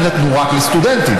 יינתנו רק לסטודנטים.